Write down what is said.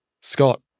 Scott